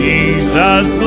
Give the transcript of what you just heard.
Jesus